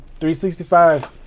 365